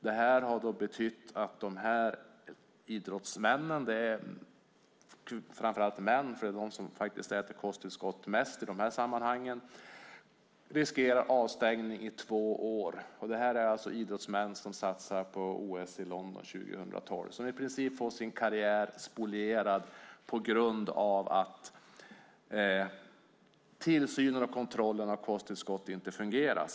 Det har betytt att dessa idrottsmän - det är män som mest äter kosttillskott i de här sammanhangen - riskerar avstängning i två år. Detta är idrottsmän som satsar på OS i London 2012 som i princip får sin karriär spolierad på grund av att tillsynen och kontrollen av kosttillskott inte fungerar.